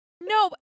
No